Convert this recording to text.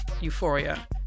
euphoria